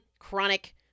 chronic